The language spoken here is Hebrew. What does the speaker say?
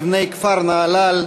מבני כפר נהלל,